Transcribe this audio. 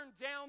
down